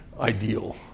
ideal